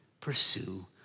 pursue